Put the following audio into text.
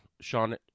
Sean